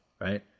right